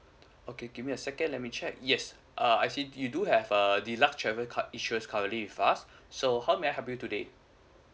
okay give me a second let me check yes uh I see you do have a deluxe travelers card insurance currently with us so how may I help you today